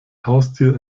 haustier